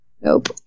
Nope